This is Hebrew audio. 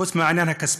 חוץ מהעניין הכספי.